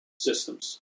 systems